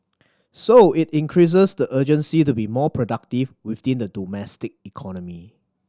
so it increases the urgency to be more productive within the domestic economy